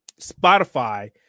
Spotify